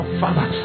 father